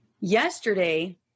Yesterday